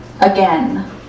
again